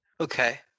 Okay